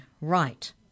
Right